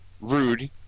rude